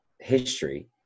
history